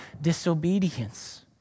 disobedience